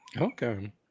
Okay